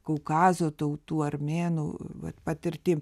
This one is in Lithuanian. kaukazo tautų armėnų vat patirtim